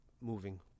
moving